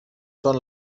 són